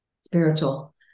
spiritual